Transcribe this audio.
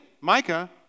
Micah